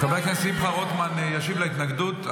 חבר הכנסת שמחה רוטמן ישיב להתנגדות.